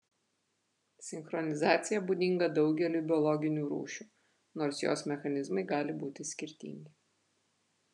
sinchronizacija būdinga daugeliui biologinių rūšių nors jos mechanizmai gali būti skirtingi